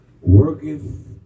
worketh